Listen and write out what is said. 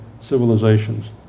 civilizations